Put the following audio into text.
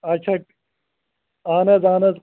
آچھا اہن حظ اہن حظ